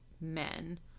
men